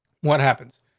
what happens?